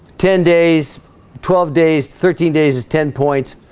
ten days twelve days thirteen days is ten points.